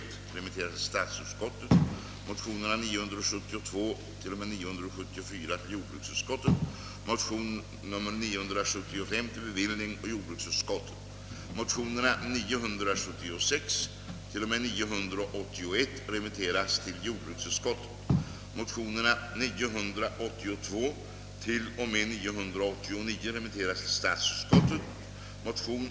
Riksdagsbeslutet grundade sig på en motion av herr Palm m.fl. i första kammaren och herr Lindahl m.fl. i andra kammaren.